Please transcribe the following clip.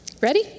Ready